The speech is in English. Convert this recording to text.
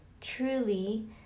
truly